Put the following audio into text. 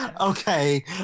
Okay